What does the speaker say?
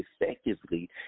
effectively